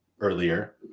earlier